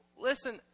Listen